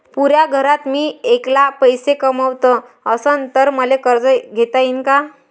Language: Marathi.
पुऱ्या घरात मी ऐकला पैसे कमवत असन तर मले कर्ज घेता येईन का?